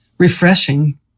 refreshing